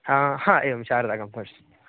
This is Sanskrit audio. हा हा एवं शारदा कम्फ़र्ट्स्